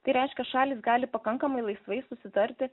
tai reiškia šalys gali pakankamai laisvai susitarti